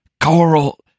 coral